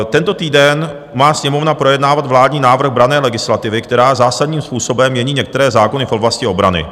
Tento týden má Sněmovna projednávat vládní návrh branné legislativy, která zásadním způsobem mění některé zákony v oblasti obrany.